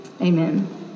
Amen